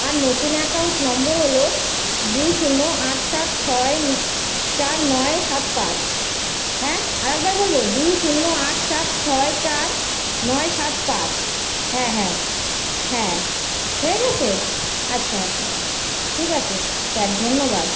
আর নতুন account number হলো দুই শূন্য আট সাত ছয় চার নয় সাত পাঁচ হ্যাঁ আরেকবার বলব দুই শূন্য আট সাত ছয় চার নয় সাত পাঁচ হ্যাঁ হ্যাঁ হ্যাঁ হয়ে গিয়েছে আচ্ছা আচ্ছা আচ্ছা ঠিক আছে স্যার ধন্যবাদ